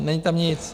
Není tam nic.